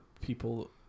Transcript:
people